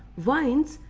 wines,